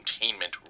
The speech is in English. containment